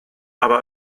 aber